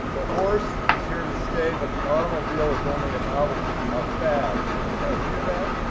the horse is here to stay, but the automobile is only a novelty, a fad. didn't i hear that?